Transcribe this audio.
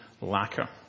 lacquer